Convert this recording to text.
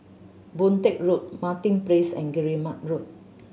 Boon Teck Road Martin Place and Guillemard Road